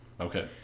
Okay